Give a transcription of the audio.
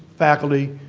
faculty,